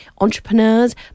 entrepreneurs